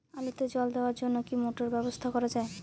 আলুতে জল দেওয়ার জন্য কি মোটর ব্যবহার করা যায়?